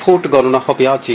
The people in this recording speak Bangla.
ভোট গণনা হবে আজই